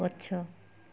ଗଛ